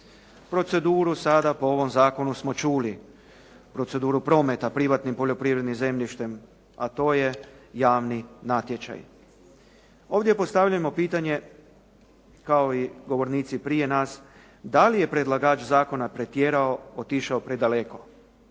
Proceduru sada po ovom zakonu smo čuli. Proceduru prometa privatnim poljoprivrednim zemljištem, a to je javni natječaj. Ovdje postavljamo pitanje, kao i govornici prije nas, dali je predlagač zakona pretjerao, otišao predaleko?